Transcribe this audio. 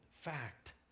fact